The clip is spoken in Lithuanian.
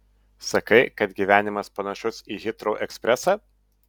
sakai kad gyvenimas panašus į hitrou ekspresą